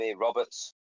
Roberts